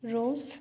russ